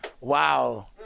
Wow